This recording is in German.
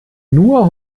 nur